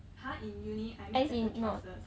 !huh! in uni I make better choices